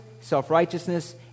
self-righteousness